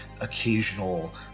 occasional